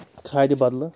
کھادِ بدلہٕ